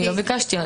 לא ביקשתי.